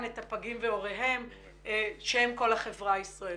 את הפגים והוריהם שהם כל החברה הישראלית.